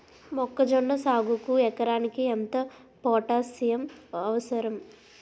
మొక్కజొన్న సాగుకు ఎకరానికి ఎంత పోటాస్సియం అవసరం?